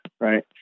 right